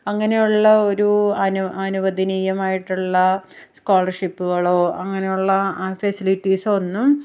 അങ്ങനെയുള്ള ഒരു അനു അനുവദനീയമായിട്ടുള്ള സ്കോളർഷിപ്പുകളോ അങ്ങനെയുള്ള ഫെസിലിറ്റീസോ ഒന്നും